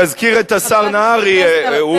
כמה משרדים אתם הקמתם אחר כך?